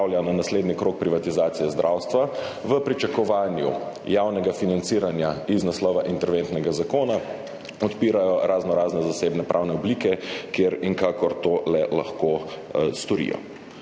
na naslednji krog privatizacije zdravstva, v pričakovanju javnega financiranja iz naslova interventnega zakona odpirajo raznorazne zasebne pravne oblike, kjer in kakor to le lahko storijo.